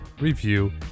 review